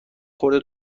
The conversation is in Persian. خورده